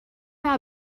our